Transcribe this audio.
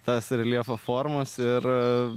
tas reljefo formas ir